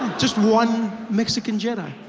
just one mexican jedi.